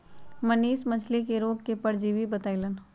मनीष मछ्ली के रोग के परजीवी बतई लन